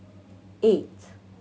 eight